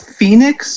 Phoenix